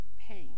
pain